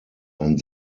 ein